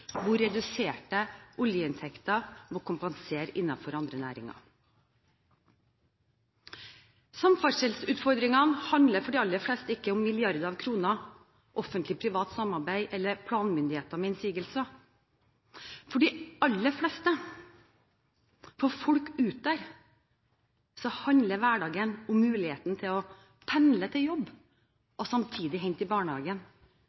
reduserte oljeinntekter må kompenseres innenfor andre næringer. Samferdselsutfordringene handler for de aller fleste ikke om milliarder av kroner, offentlig–privat samarbeid eller planmyndigheter med innsigelser. For de aller fleste, for folk der ute, handler hverdagen om muligheten til å pendle til jobb og samtidig hente i barnehagen.